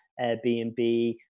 Airbnb